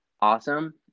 awesome